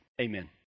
Amen